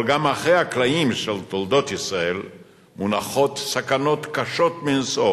אבל גם מאחורי הקלעים של תולדות ישראל מונחות סכנות קשות מנשוא